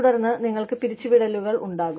തുടർന്ന് നിങ്ങൾക്ക് പിരിച്ചുവിടലുകൾ ഉണ്ടാകും